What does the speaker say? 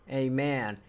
amen